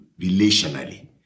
relationally